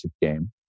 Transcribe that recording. game